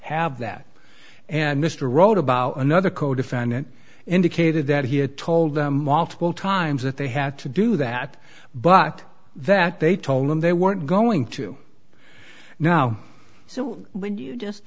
have that and mr wrote about another codefendant indicated that he had told them all twelve times that they had to do that but that they told him they weren't going to do now so when you just